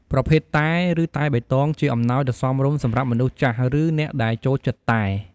ប្រភេទតែ ឬតែបៃតងជាអំណោយដ៏សមរម្យសម្រាប់មនុស្សចាស់ឬអ្នកដែលចូលចិត្តតែ។